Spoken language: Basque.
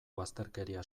bazterkeria